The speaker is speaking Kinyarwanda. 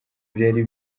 byari